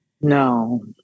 No